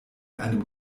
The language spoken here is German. einem